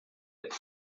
por